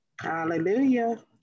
Hallelujah